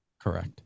Correct